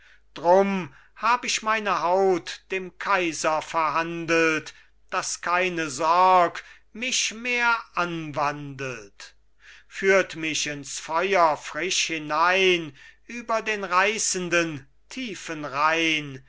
drum hab ich meine haut dem kaiser verhandelt daß keine sorg mich mehr anwandelt führt mich ins feuer frisch hinein über den reißenden tiefen rhein